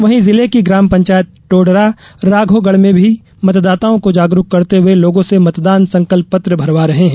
वहीं जिले की ग्राम पंचायत टोडरा राधौगढ में मतदाताओं को जागरुक करते हुए लोगों से मतदान संकल्प पत्र भरवा रहे हैं